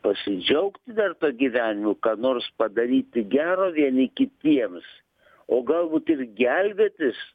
pasidžiaugti dar tuo gyvenimu ką nors padaryti gero vieni kitiems o galbūt ir gelbėtis